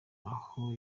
aho